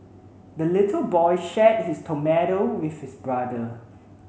the little boy shared his tomato with his brother